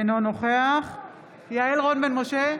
אינו נוכח יעל רון בן משה,